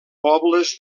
pobles